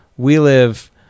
WeLive